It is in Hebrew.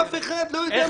אף אחד.